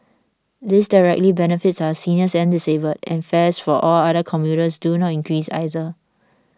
this directly benefits our seniors and disabled and fares for all other commuters do not increase either